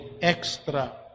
extra